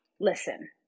listen